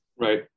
right